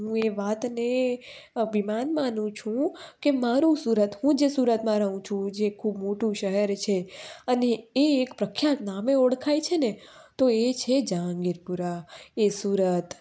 હું એ વાતને અભિમાન માનું છું કે મારું સુરત હું જે સુરતમાં રહું છું જે ખૂબ મોટું શહેર છે અને એ એક પ્રખ્યાત નામે ઓળખાય છે ને તો એ છે જહાંગીરપુરા એ સુરત